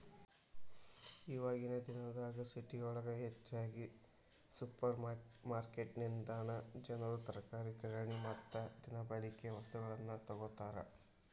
ಇವಾಗಿನ ದಿನದಾಗ ಸಿಟಿಯೊಳಗ ಹೆಚ್ಚಾಗಿ ಸುಪರ್ರ್ಮಾರ್ಕೆಟಿನಿಂದನಾ ಜನರು ತರಕಾರಿ, ಕಿರಾಣಿ ಮತ್ತ ದಿನಬಳಿಕೆ ವಸ್ತುಗಳನ್ನ ತೊಗೋತಾರ